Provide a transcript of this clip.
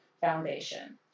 Foundation